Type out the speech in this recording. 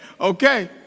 okay